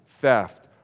theft